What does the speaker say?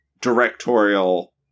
directorial